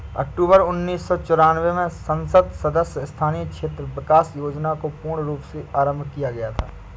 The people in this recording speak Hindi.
अक्टूबर उन्नीस सौ चौरानवे में संसद सदस्य स्थानीय क्षेत्र विकास योजना को पूर्ण रूप से आरम्भ किया गया था